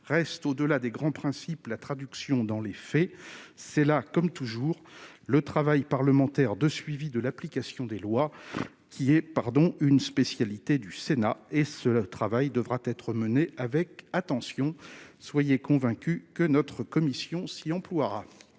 reste au-delà des grands principes, la traduction dans les faits, c'est comme toujours le travail parlementaire de suivi de l'application des lois qui est pardon une spécialité du Sénat et ce travail devra être mené avec attention, soyez convaincus que notre commission s'y emploiera